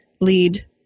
lead